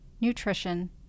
nutrition